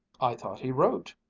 i thought he wrote.